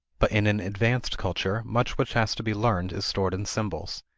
but in an advanced culture much which has to be learned is stored in symbols.